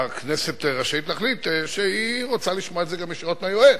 הכנסת רשאית להחליט שהיא רוצה לשמוע את זה גם ישירות מהיועץ,